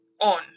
on